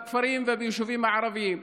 בכפרים וביישובים הערביים.